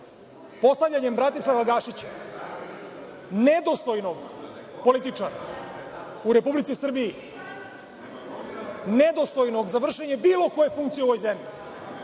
postavljanjem Bratislava Gašića, nedostojnog političara u Republici Srbiji, nedostojnog za vršenje bilo koje funkcije u ovoj zemlji,